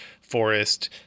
forest